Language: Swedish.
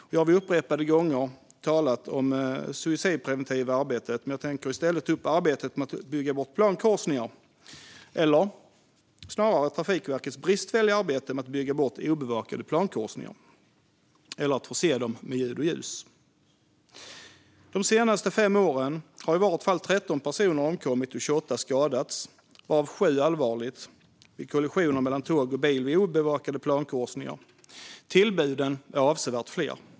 Jag har upprepade gånger talat om det suicidpreventiva arbetet, men jag tänker i stället ta upp arbetet med att bygga bort plankorsningar - eller snarare Trafikverkets bristfälliga arbete med att bygga bort obevakade plankorsningar eller att förse dem med ljud och ljus. De senaste fem åren har i varje fall 13 personer omkommit och 28 skadats, varav 7 allvarligt, vid kollisioner mellan tåg och bil vid obevakade plankorsningar. Tillbuden är avsevärt fler.